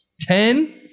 ten